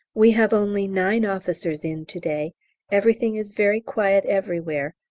we have only nine officers in to-day everything is very quiet everywhere,